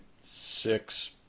six